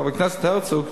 חבר הכנסת הרצוג,